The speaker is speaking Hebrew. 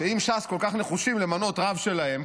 שאם ש"ס כל כך נחושים למנות רב שלהם,